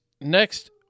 next